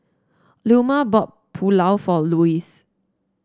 Leoma bought Pulao for Lois